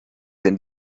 denn